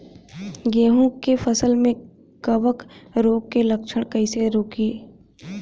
गेहूं के फसल में कवक रोग के लक्षण कईसे रोकी?